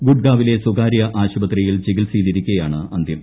ഗുഡ്ഗാവിലെ സ്വകാര്യ ആശുപത്രിയിൽ ച്ചികിത്സയിലിരിക്കെ ആണ് അന്ത്യം